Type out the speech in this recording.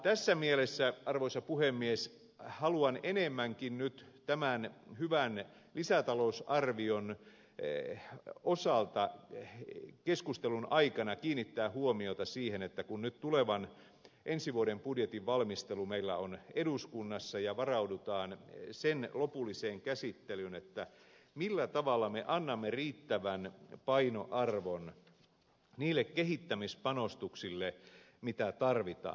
tässä mielessä arvoisa puhemies haluan enemmänkin nyt tämän hyvän lisätalousarvion osalta keskustelun aikana kiinnittää huomiota siihen kun nyt tulevan ensi vuoden budjetin valmistelu meillä on eduskunnassa ja varaudutaan sen lopulliseen käsittelyyn millä tavalla me annamme riittävän painoarvon niille kehittämispanostuksille mitä tarvitaan